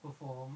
four